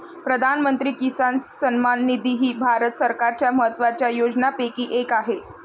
प्रधानमंत्री किसान सन्मान निधी ही भारत सरकारच्या महत्वाच्या योजनांपैकी एक आहे